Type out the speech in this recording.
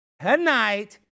tonight